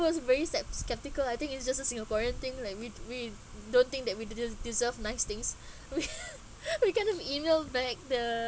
first raised that sceptical I think it's just a singaporean thing like we we don't think that we de~ uh deserve nice things we we kind of email back the